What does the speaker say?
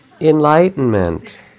Enlightenment